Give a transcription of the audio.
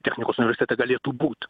technikos universitete galėtų būt